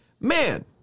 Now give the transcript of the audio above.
man